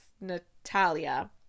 Natalia